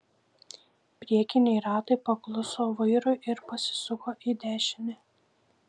priekiniai ratai pakluso vairui ir pasisuko į dešinę